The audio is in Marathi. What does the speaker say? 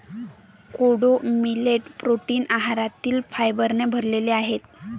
कोडो मिलेट प्रोटीन आहारातील फायबरने भरलेले आहे